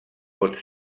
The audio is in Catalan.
pot